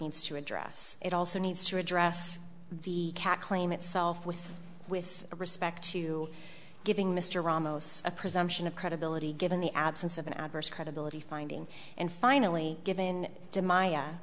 needs to address it also needs to address the cat claim itself with with respect to giving mr ramos a presumption of credibility given the absence of an adverse credibility finding and finally given to my